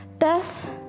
Death